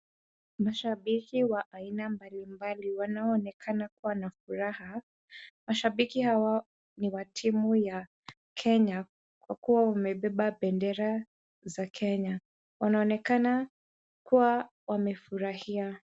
Mashabiki wa aina mbalimbali wanaoonekana kuwa na furaha. Mashabiki hawa ni wa timu ya Kenya kwa kuwa wamebeba bendera za Kenya. Wanaonekana kuwa wamefurahia.